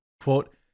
Quote